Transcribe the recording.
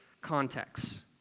contexts